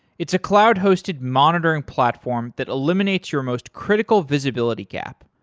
it's a cloud-hosted monitoring platform that eliminates your most critical visibility gap,